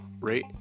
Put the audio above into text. rate